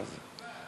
מה זה?